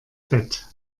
bett